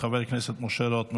חבר הכנסת משה רוט,